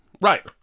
right